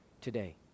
today